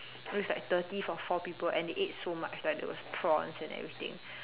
it's like thirty for four people and they ate so much like there was prawns and everything